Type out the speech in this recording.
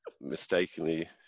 mistakenly